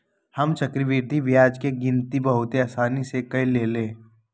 हम चक्रवृद्धि ब्याज के गिनति बहुते असानी से क लेईले